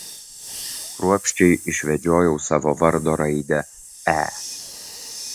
kruopščiai išvedžiojau savo vardo raidę e